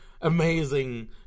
amazing